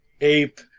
Ape